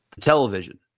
television